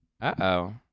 uh-oh